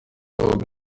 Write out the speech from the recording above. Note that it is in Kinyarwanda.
umukobwa